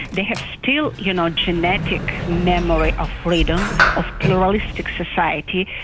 they have still you know genetic memory of freedom, of pluralistic society,